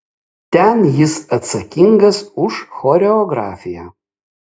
ten jis atsakingas už choreografiją